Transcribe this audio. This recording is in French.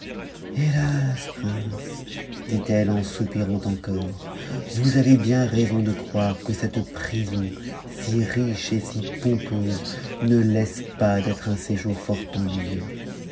hélas prince dit-elle en soupirant encore vous avez bien raison de croire que cette prison si riche et si pompeuse ne laisse pas d'être un séjour fort ennuyeux